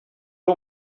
ari